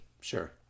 sure